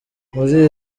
muri